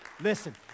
Listen